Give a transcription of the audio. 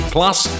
Plus